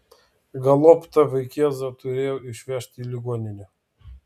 galop tą vaikėzą turėjo išvežti į ligoninę